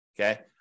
Okay